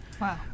Wow